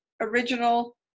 original